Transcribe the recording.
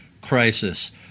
crisis